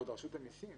ועוד מרשות המיסים.